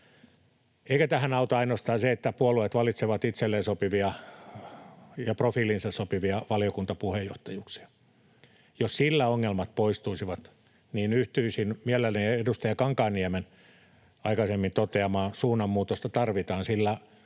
Eikä tähän auta ainoastaan se, että puolueet valitsevat itselleen profiiliinsa sopivia valiokuntapuheenjohtajuuksia. Jos sillä ongelmat poistuisivat, niin yhtyisin mielelläni edustaja Kankaanniemen aikaisemmin toteamaan, ”suunnanmuutosta tarvitaan”, sillä